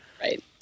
Right